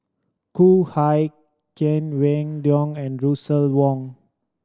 Khoo Kay Hian Wang Dayuan and Russel Wong